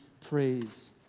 praise